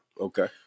Okay